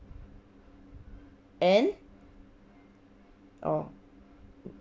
and oh